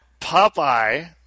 Popeye